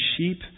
sheep